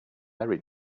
very